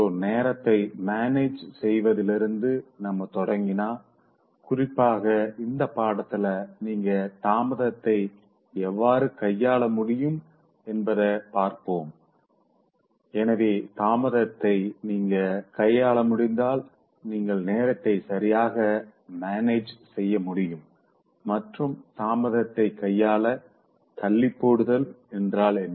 so நேரத்தை manage செய்வதிலிருந்து நாம தொடங்கினோ குறிப்பாக இந்தப் பாடத்துல நீங்க தாமதத்தை எவ்வாறு கையாள முடியும் என்பத பார்ப்போம் எனவே தாமதத்தை நீங்க கையாள முடிந்தால் நீங்கள் நேரத்தை சரியாக மேனேஜ் செய்ய முடியும் மற்றும் தாமதத்தை கையாள தள்ளிப்போடுதல் என்றால் என்ன